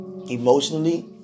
Emotionally